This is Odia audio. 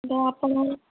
ତ ଆପଣ